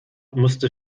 musste